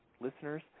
listeners